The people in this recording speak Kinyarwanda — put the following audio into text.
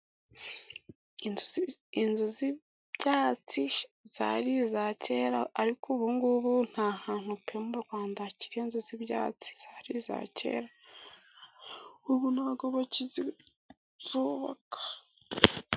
Inzu z'byatsi zari iza kera ariko ubungubu nta hantu pe mu Rwanda hakiri inzu z'ibyatsi zari iza kera ubu ntabwo bakizubaka.